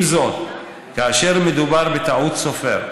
עם זאת, כאשר מדובר בטעות סופר,